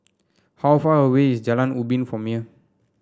how far away is Jalan Ubin from here